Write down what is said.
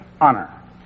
honor